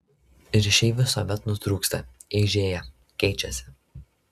ryšiai visuomet nutrūksta eižėja keičiasi